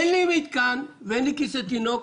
אין לי מתקן ואין לי כיסא תינוק,